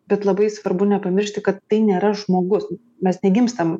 bet labai svarbu nepamiršti kad tai nėra žmogus mes negimstam